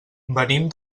venim